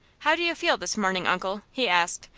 how do you feel this morning, uncle? he asked,